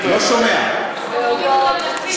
גברתי,